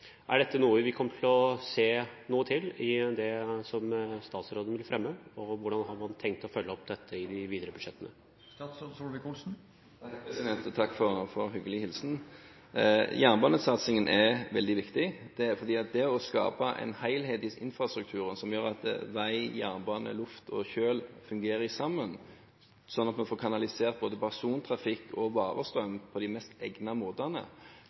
Er dette noe vi kommer til å se noe til i det som statsråden vil fremme? Og hvordan har man tenkt å følge opp dette i de videre budsjettene? Takk for hyggelig hilsen. Jernbanesatsingen er veldig viktig. Det er fordi det å skape en helhet i infrastrukturen som gjør at vei, jernbane, luft og kjøl fungerer sammen, sånn at vi får kanalisert både persontrafikk og varestrøm på de mest egnede måtene,